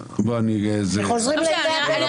כי חוזרים לימי הביניים.